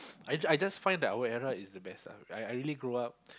I I just find that our era is the best lah I I really grow up